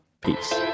peace